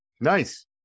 Nice